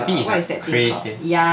I think is the craze leh